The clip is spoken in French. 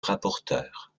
rapporteur